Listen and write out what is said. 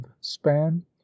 span